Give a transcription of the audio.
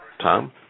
Tom